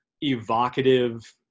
evocative